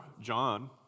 John